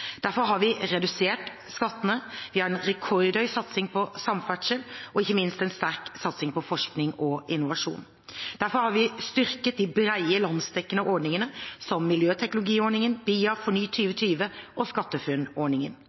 Derfor har vi redusert skattene, vi har en rekordhøy satsing på samferdsel og ikke minst en sterk satsing på forskning og innovasjon. Derfor har vi styrket de brede landsdekkende ordningene som miljøteknologiordningen, BIA, FORNY2020 og